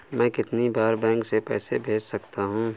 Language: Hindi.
मैं कितनी बार बैंक से पैसे भेज सकता हूँ?